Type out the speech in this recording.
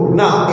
now